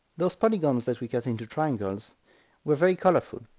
those polygons that we cut into triangles were very colourful.